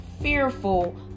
fearful